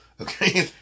Okay